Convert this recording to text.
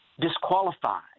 disqualified